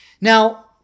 Now